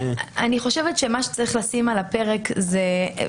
אני חושבת שמה שצריך לשים על הפרק -- אני